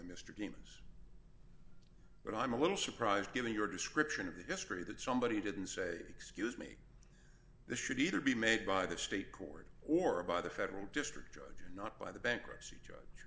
mr james but i'm a little surprised given your description of the history that somebody didn't say excuse me this should either be made by the state court or by the federal district judge or not by the bankruptcy